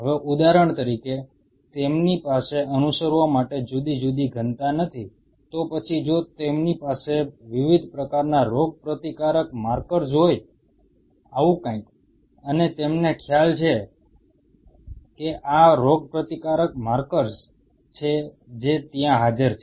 હવે ઉદાહરણ તરીકે તેમની પાસે અનુસરવા માટે જુદી જુદી ઘનતા નથી તો પછી જો તેમની પાસે વિવિધ પ્રકારના રોગપ્રતિકારક માર્કર્સ હોય આવું કંઈક અને તમને ખ્યાલ છે કે આ રોગપ્રતિકારક માર્કર્સ છે જે ત્યાં હાજર છે